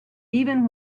even